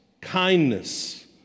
kindness